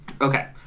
Okay